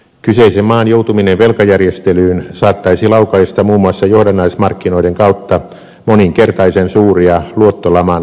kyseisen maan joutuminen velkajärjestelyyn saattaisi laukaista muun muassa johdannaismarkkinoiden kautta moninkertaisen suuria luottolaman käynnistäviä prosesseja